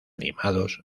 animados